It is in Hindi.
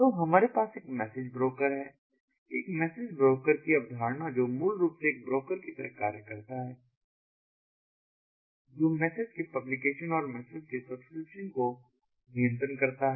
तो हमारे पास एक मैसेज ब्रोकर है एक मैसेज ब्रोकर की अवधारणा जो मूल रूप से एक ब्रोकर की तरह कार्य करता है जो मैसेज के पब्लिकेशन और मैसेज के सब्सक्रिप्शन को नियंत्रण करता है